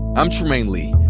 i'm trymaine lee.